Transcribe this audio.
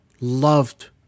loved